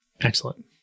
Excellent